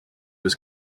was